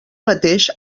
mateix